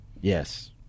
Yes